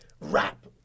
rap